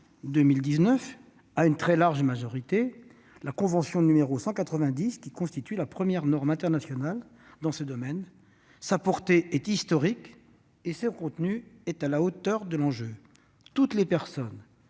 2019, à une très large majorité, la convention n° 190, qui constitue la première norme internationale dans ce domaine. Sa portée est historique et son contenu est à la hauteur de l'enjeu : toutes les personnes